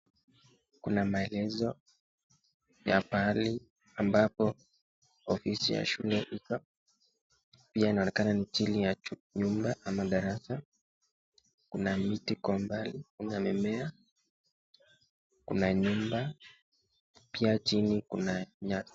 Kuna maelezo ya pahali ambapo ofisi ya shule iko ,pia inaonekana ni chini ya nyumba ama darasa, kuna miti kwa umbali ama mimea, kuna nyumba pia chini kuna nyasi.